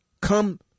come